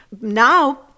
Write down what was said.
now